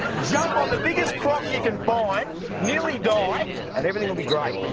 the biggest crock you can find nearly died and everything will be great